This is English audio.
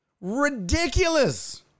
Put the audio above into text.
Ridiculous